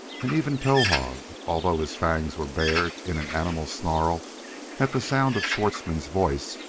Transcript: and even towahg, although his fangs were bared in an animal snarl at the sound of schwartzmann's voice,